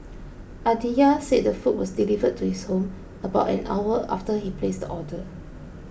Aditya said the food was delivered to his home about an hour after he placed the order